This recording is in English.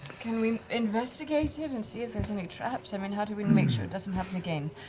can we investigate it and see if there's any traps? i mean, how do we make sure it doesn't happen again?